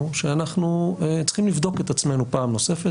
שאנחנו צריכים לבדוק את עצמנו פעם נוספת.